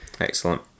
Excellent